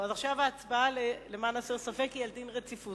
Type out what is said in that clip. עכשיו ההצבעה, למען הסר ספק, היא על דין רציפות.